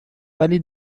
ولی